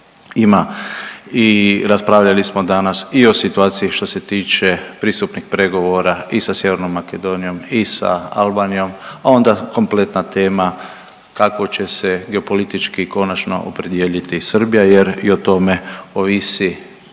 ima i raspravljali smo danas i o situaciji što se tiče pristupnih pregovora i sa Sjevernom Makedonijom i sa Albanijom, a onda kompletna tema kako će se geopolitički konačno opredijeliti Srbija jer i o tome ovisi